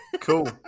Cool